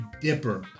Dipper